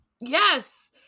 Yes